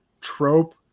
trope